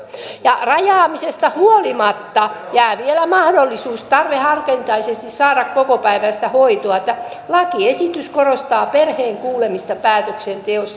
ja rajaamisesta huolimatta jää vielä mahdollisuus tarveharkintaisesti saada kokopäiväistä hoitoa lakiesitys korostaa perheen kuulemista päätöksenteossa